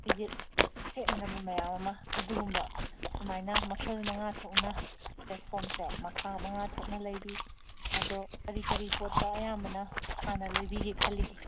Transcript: ꯐꯤꯖꯦꯠ ꯁꯦꯠꯅꯅꯕ ꯃꯌꯥꯝ ꯑꯃ ꯑꯗꯨꯒꯨꯝꯕ ꯁꯨꯃꯥꯏꯅ ꯃꯈꯜ ꯃꯉꯥ ꯊꯣꯛꯅ ꯄ꯭ꯂꯦꯠꯐꯣꯝꯁꯦ ꯃꯈꯜ ꯃꯉꯥ ꯊꯣꯛꯅ ꯂꯩꯕꯤ ꯑꯗꯣ ꯀꯔꯤ ꯀꯔꯤ ꯄꯣꯠꯇ ꯑꯌꯥꯝꯕꯅ ꯍꯥꯟꯅ ꯖꯂꯩꯕꯤꯒꯦ ꯈꯜꯂꯤꯒꯦ